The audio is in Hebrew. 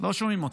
לא שומעים אותם.